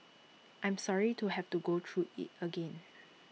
I am sorry to have to go through IT again